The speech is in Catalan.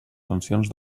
sancions